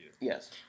Yes